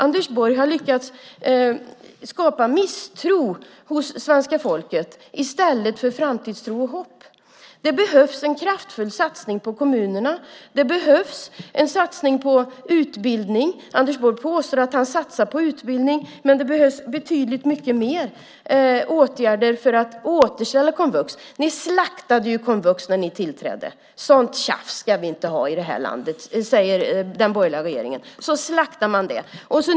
Anders Borg har lyckats skapa misstro hos svenska folket i stället för framtidstro och hopp. Det behövs en kraftfull satsning på kommunerna. Det behövs en satsning på utbildning. Anders Borg påstår att han satsar på utbildning, men det behövs betydligt mer åtgärder för att återställa komvux. Ni slaktade ju komvux när ni tillträdde. Sådant tjafs ska vi inte ha i det här landet, sade den borgerliga regeringen och slaktade det.